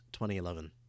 2011